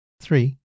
Three